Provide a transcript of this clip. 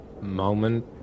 moment